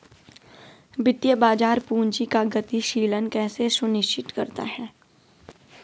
वित्तीय बाजार पूंजी का गतिशीलन कैसे सुनिश्चित करता है?